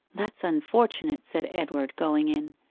that's unfortunate said edward, going in.